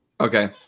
Okay